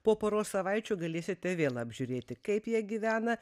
po poros savaičių galėsite vėl apžiūrėti kaip jie gyvena